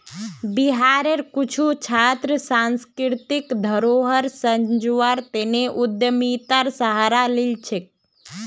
बिहारेर कुछु छात्र सांस्कृतिक धरोहर संजव्वार तने उद्यमितार सहारा लिल छेक